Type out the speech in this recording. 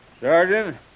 Sergeant